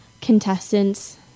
contestants